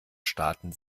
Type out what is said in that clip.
staaten